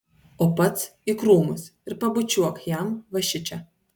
o pats į krūmus ir pabučiuok jam va šičia